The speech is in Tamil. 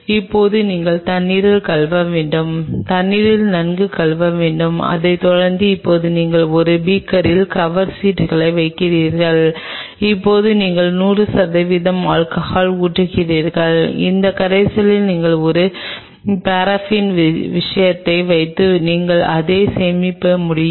இப்போது நீங்கள் தண்ணீரில் கழுவ வேண்டும் தண்ணீரில் நன்கு கழுவ வேண்டும் அதைத் தொடர்ந்து இப்போது நீங்கள் ஒரு பீக்கரில் கவர் சீட்டுகளை வைத்திருக்கிறீர்கள் இப்போது நீங்கள் 100 சதவிகிதம் ஆல்கஹால் ஊற்றுகிறீர்கள் இந்த கரைசலில் நீங்கள் ஒரு பாரஃபின் விஷயத்தை வைத்து நீங்களும் அதை சேமிக்க முடியும்